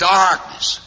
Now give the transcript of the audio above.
darkness